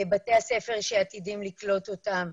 בתי הספר שעתידים לקלוט אותם,